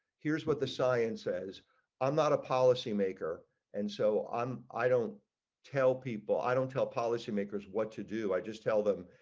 here's what the science says i'm not a policymaker and so on i don't tell people i don't tell policy makers what to do i just tell them,